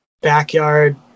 backyard